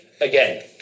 again